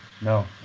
No